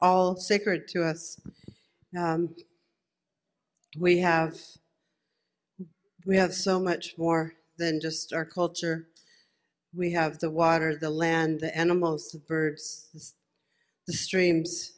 all sacred to us now we have we have so much more than just our culture we have the water the land the animals the birds the streams